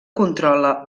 controla